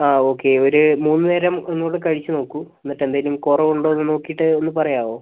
ആഹ് okay ഒരു മൂന്ന് നേരം ഒന്നുകൂ ടെ കഴിച്ച് നോക്കൂ എന്നിട്ട് എന്തേലും കുറവ് ഉണ്ടോയെന്ന് നോക്കീട്ട് ഒന്ന് പറയാമോ